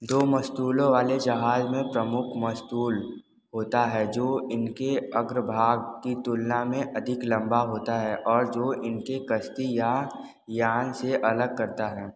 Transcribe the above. दो मस्तूलों वाले जहाज़ में प्रमुख मस्तूल होता है जो इसके अग्रभाग की तुलना में अधिक लंबा होता है और जो इसे कश्ती या यॉल से अलग करता है